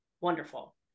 Wonderful